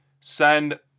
send